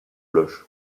bloch